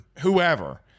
whoever